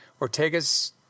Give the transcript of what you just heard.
Ortegas